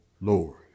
Lord